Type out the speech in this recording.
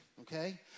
okay